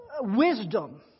wisdom